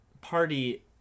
party